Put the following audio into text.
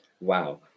wow